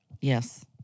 Yes